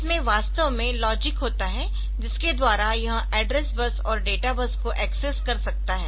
इसमें वास्तव में लॉजिक होता है जिसके द्वारा यह एड्रेस बस और डेटा बस को एक्सेस कर सकता है